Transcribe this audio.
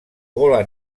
gola